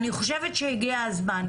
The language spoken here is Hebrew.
אני חושבת שהגיע הזמן,